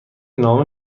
نامه